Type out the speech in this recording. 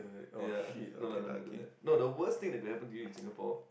ya no lah don't have don't have no the worst thing that can happen to you in Singapore